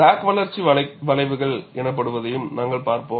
crack வளர்ச்சி வளைவுகள் எனப்படுவதையும் நாங்கள் பார்ப்போம்